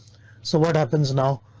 so what happens now?